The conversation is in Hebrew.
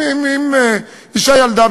אם אישה ילדה,